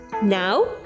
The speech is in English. now